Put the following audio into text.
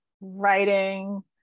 writing